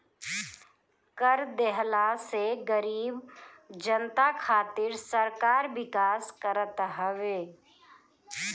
कर देहला से गरीब जनता खातिर सरकार विकास करत हवे